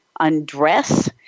undress